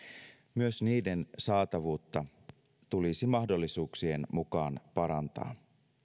myös niiden saatavuutta tulisi mahdollisuuksien mukaan parantaa